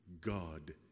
God